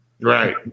Right